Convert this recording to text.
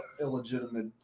illegitimate